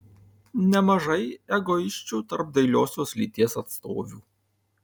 nemažai egoisčių tarp dailiosios lyties atstovių